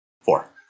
four